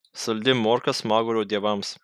saldi morka smagurio dievams